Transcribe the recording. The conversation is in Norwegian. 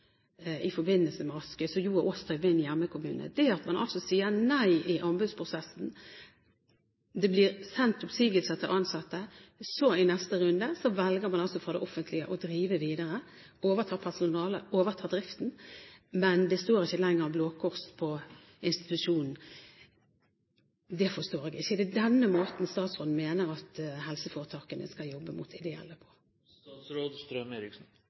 i forbindelse med Askøy, som er min hjemkommune, det at man sier nei i anbudsprosessen, at det blir sendt oppsigelser til ansatte, at man fra det offentlige i neste runde velger å drive videre, overta personalet og overta driften, men det er ikke lenger en Blå Kors-institusjon, forstår jeg ikke. Er det denne måten statsråden mener at helseforetakene skal jobbe mot de ideelle